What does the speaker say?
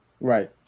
Right